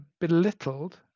belittled